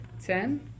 Ten